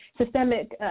systemic